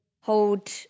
hold